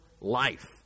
life